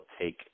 take